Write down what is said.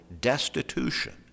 destitution